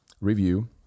review